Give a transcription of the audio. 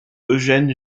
eugene